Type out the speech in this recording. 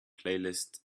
playlist